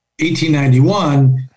1891